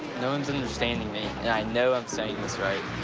no one's understanding me, and i know i'm saying this right.